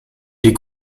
die